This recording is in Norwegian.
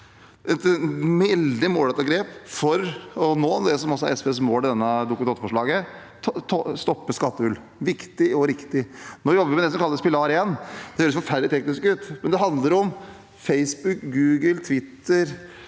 et veldig målrettet grep for å nå det som også er SVs mål i dette Dokument 8-forslaget, å stoppe skattehull. Det er viktig og riktig. Nå jobber vi med det som kalles pilar 1. Det høres forferdelig teknisk ut, men det handler om at Facebook, Google, Twitter,